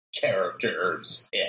characters